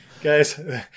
guys